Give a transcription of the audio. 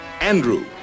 Andrew